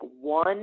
one